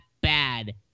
bad